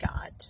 God